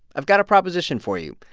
i've got a proposition for you.